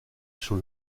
sur